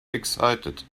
excited